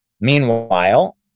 Meanwhile